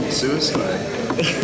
suicide